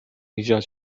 ایجاد